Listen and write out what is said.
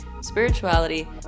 spirituality